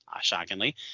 shockingly